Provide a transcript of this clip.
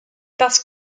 parce